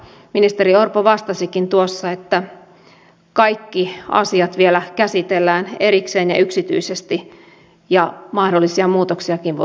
ministeri orpo vastasikin tuossa että kaikki asiat käsitellään vielä erikseen ja yksityisesti ja mahdollisia muutoksiakin voi olla tulossa